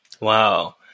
Wow